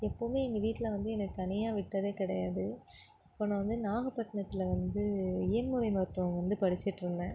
எப்போவும் எங்கள் வீட்டில் வந்து எனக்கு தனியாக விட்டதே கிடையாது இப்போ நான் வந்து நாகபட்டினத்தில் வந்து இயன்முறை மருத்துவம் வந்து படித்திட்டு இருந்தேன்